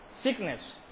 Sickness